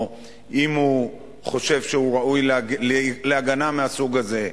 אם הוא חושב שהוא ראוי להגנה מהסוג הזה.